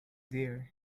deer